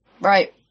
right